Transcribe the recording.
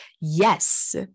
Yes